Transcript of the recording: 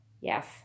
yes